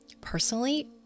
Personally